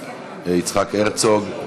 יצחק הרצוג.